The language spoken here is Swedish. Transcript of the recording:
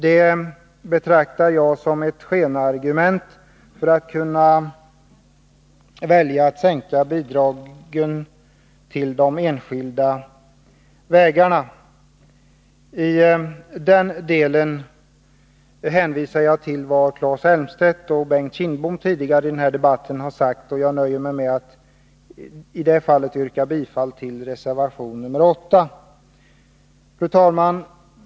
Jag betraktar detta som ett skenargument för att kunna sänka bidragen till de enskilda vägarna. I denna del hänvisar jag till vad Claes Elmstedt och Bengt Kindbom har sagt tidigare i debatten och nöjer mig med att yrka bifall till reservation 8. Fru talman!